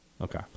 Okay